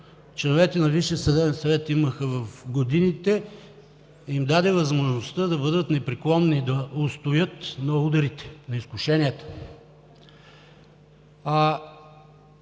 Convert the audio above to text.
членовете на Висшия съдебен съвет имаха в годините, им даде възможността да бъдат непреклонни, да устоят на ударите, на изкушенията.